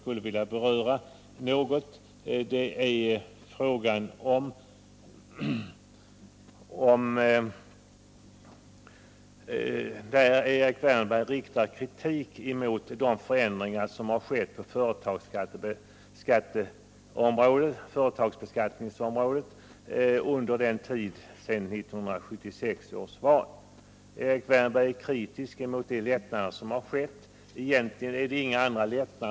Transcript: I sitt anförande riktade Erik Wärnberg kritik mot de förändringar som har skett på företagsbeskattningsområdet sedan 1976 års val. I sin kritik pekar han på de skattelättnader som enligt hans mening har genomförts och varit alltför generösa.